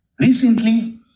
Recently